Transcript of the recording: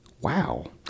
Wow